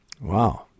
Wow